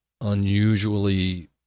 unusually